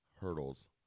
hurdles